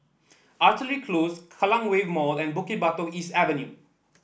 Artillery Close Kallang Wave Mall and Bukit Batok East Avenue